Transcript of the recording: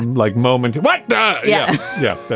and like moment. and like and yeah yeah. yeah